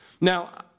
Now